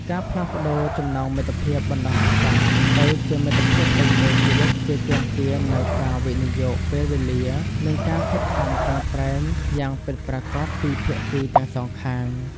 ការផ្លាស់ប្តូរចំណងមិត្តភាពបណ្ដោះអាសន្នទៅជាមិត្តភាពពេញមួយជីវិតគឺទាមទារនូវការវិនិយោគពេលវេលានិងការខិតខំប្រឹងប្រែងយ៉ាងពិតប្រាកដពីភាគីទាំងសងខាង។